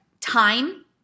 time